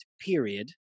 period